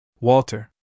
Walter